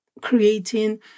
creating